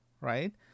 right